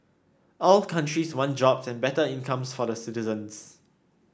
all countries want jobs and better incomes for the citizens